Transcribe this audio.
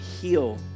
heal